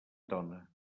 tona